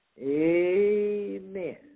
Amen